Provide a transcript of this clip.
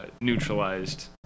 neutralized